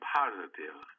positive